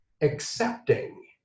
accepting